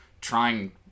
trying